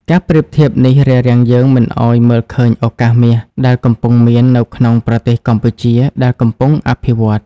ការប្រៀបធៀបនេះរារាំងយើងមិនឱ្យមើលឃើញ "ឱកាសមាស" ដែលកំពុងមាននៅក្នុងប្រទេសកម្ពុជាដែលកំពុងអភិវឌ្ឍ។